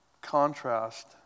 contrast